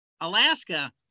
Alaska